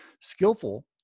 Skillful